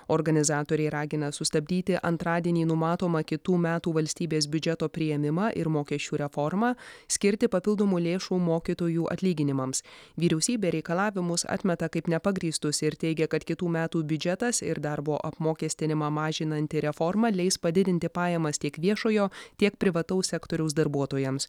organizatoriai ragina sustabdyti antradienį numatomą kitų metų valstybės biudžeto priėmimą ir mokesčių reformą skirti papildomų lėšų mokytojų atlyginimams vyriausybė reikalavimus atmeta kaip nepagrįstus ir teigia kad kitų metų biudžetas ir darbo apmokestinimą mažinanti reforma leis padidinti pajamas tiek viešojo tiek privataus sektoriaus darbuotojams